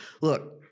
Look